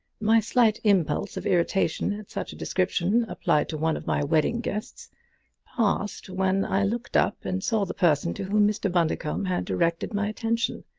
my slight impulse of irritation at such a description applied to one of my wedding guests passed when i looked up and saw the person to whom mr. bundercombe had directed my attention.